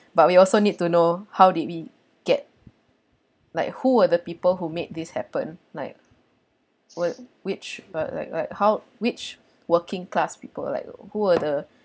but we also need to know how did we get like who were the people who made this happen like will which but like like how which working class people like who were the